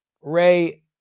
Ray